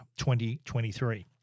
2023